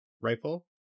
rifle